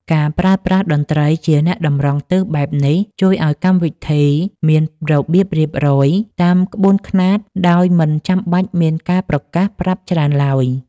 ការប្រើប្រាស់តន្ត្រីជាអ្នកតម្រង់ទិសបែបនេះ ជួយឱ្យកម្មវិធីមានរបៀបរៀបរយតាមក្បួនខ្នាត ដោយមិនចាំបាច់មានការប្រកាសប្រាប់ច្រើនឡើយ